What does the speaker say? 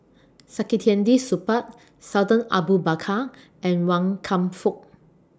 Saktiandi Supaat Sultan Abu Bakar and Wan Kam Fook